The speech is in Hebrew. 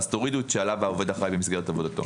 אז תורידו את "שעליו העובד אחראי במסגרת עבודתו",